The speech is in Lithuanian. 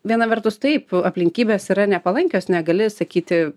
viena vertus taip aplinkybės yra nepalankios negali sakyti